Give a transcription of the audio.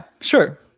sure